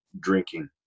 drinking